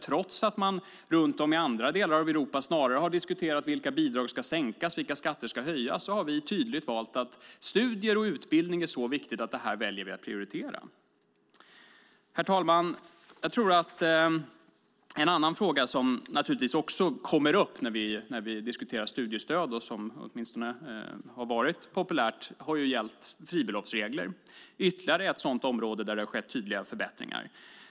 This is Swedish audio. Trots att man runt om i andra delar av Europa snarare har diskuterat vilka bidrag som ska sänkas och vilka skatter som ska höjas har vi tydligt sagt att studier och utbildning är så viktiga att vi har valt att prioritera det. Herr talman! En annan fråga som naturligtvis också kommer upp när vi diskuterar studiestöd och som åtminstone har varit populär att diskutera gäller fribeloppsreglerna. Det är ytterligare ett område där det har skett tydliga förbättringar.